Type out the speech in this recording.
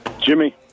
Jimmy